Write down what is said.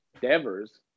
devers